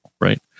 right